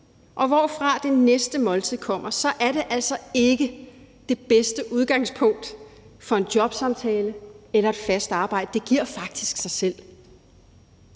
og hvorfra det næste måltid kommer, så er det altså ikke det bedste udgangspunkt for en jobsamtale eller et fast arbejde – det giver faktisk sig selv.